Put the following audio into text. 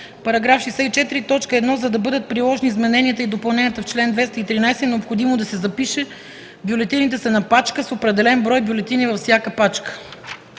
–§ 64: 1. За да бъдат приложени измененията и допълненията в чл. 213, е необходимо да се запише: „Бюлетините са на пачки с определен брой бюлетини във всяка пачка.”